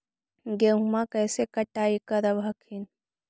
गेहुमा कैसे कटाई करब हखिन?